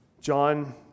John